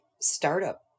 startup